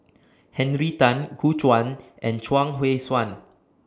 Henry Tan Gu Juan and Chuang Hui Tsuan